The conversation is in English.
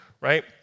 right